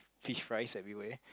fish fries everywhere